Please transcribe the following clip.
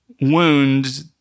wound